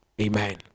Amen